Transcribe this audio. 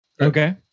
Okay